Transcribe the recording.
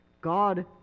God